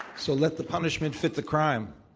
so, let the punishment fit the crime.